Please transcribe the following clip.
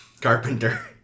Carpenter